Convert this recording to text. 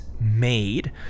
made